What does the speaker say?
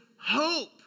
hope